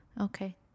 Okay